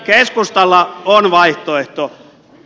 keskustalla on vaihtoehto